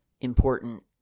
important